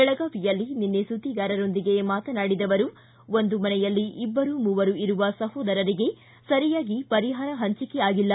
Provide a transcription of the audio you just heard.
ಬೆಳಗಾವಿಯಲ್ಲಿ ನಿನ್ನೆ ಸುದ್ದಿಗಾರರೊಂದಿಗೆ ಮಾತನಾಡಿದ ಅವರು ಒಂದು ಮನೆಯಲ್ಲಿ ಇಬ್ಬರು ಮೂವರು ಇರುವ ಸಹೋದರರಿಗೆ ಸರಿಯಾಗಿ ಪರಿಹಾರ ಪಂಚಿಕೆ ಆಗಿಲ್ಲ